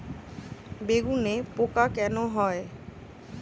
বেগুনে পোকা কেন হয়?